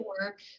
work